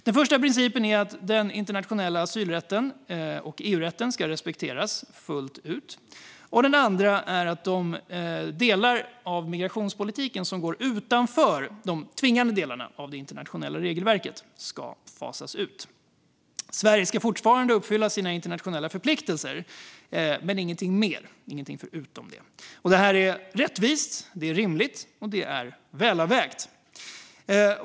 Den första principen är att den internationella asylrätten och EU-rätten ska respekteras fullt ut, och den andra är att de delar av migrationspolitiken som går utanför de tvingande delarna av det internationella regelverket ska fasas ut. Sverige ska fortfarande uppfylla sina internationella förpliktelser, men ingenting mer. Ingenting förutom det. Det är rättvist, rimligt och välavvägt.